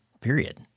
period